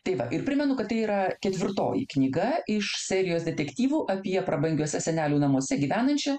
tai va ir primenu kad tai yra ketvirtoji knyga iš serijos detektyvų apie prabangiuose senelių namuose gyvenančią